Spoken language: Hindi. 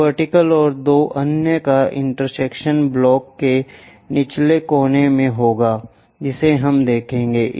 इस वर्टिकल और दो अन्य का इंटरसेक्शन ब्लॉक के निचले कोने में होगा जिसे हम देखेंगे